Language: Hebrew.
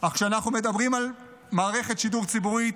אך כשאנחנו מדברים על מערכת שידור ציבורית,